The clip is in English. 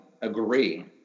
agree